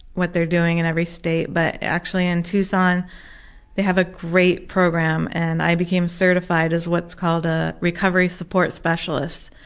what they're doing in every state, but actually in tucson they have a great program and i became certified as what's called a recovery support specialist.